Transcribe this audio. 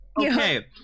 Okay